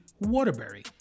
Waterbury